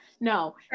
No